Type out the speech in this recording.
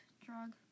drug